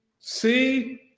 see